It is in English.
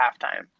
halftime